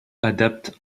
adapte